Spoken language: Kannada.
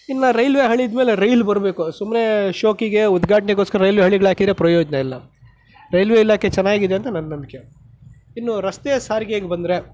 ಇನ್ನೂ ರೈಲ್ವೆ ಹಳಿ ಇದ್ದಮೇಲೆ ರೈಲ್ ಬರಬೇಕು ಸುಮ್ಮನೆ ಶೋಕಿಗೆ ಉದ್ಘಾಟನೆಗೋಸ್ಕರ ರೈಲ್ವೆ ಹಳಿಗಳು ಹಾಕಿದ್ರೆ ಪ್ರಯೋಜನ ಇಲ್ಲ ರೈಲ್ವೆ ಇಲಾಖೆ ಚೆನ್ನಾಗಿದೆ ಅಂತ ನನ್ನ ನಂಬಿಕೆ ಇನ್ನು ರಸ್ತೆಯ ಸಾರಿಗೆಗೆ ಬಂದರೆ